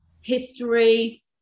history